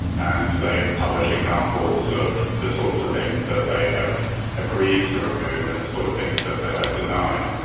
and they've published examples of the sorts of things that they have agreed to remove and the sort of things that they have denied.